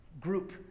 group